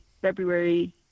February